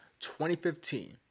2015